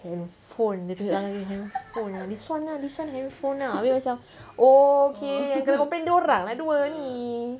handphone dia tunjuk tangan begini handphone lah this [one] lah this [one] handphone lah habis macam oh okay yang kena complaint dia orang lah dua ni